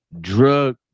drug